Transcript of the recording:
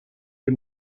dem